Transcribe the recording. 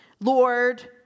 Lord